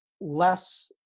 less